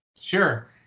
Sure